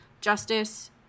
justice